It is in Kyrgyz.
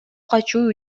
качуу